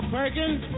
Perkins